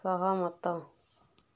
ସହମତ